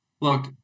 Look